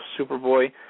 Superboy